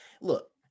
look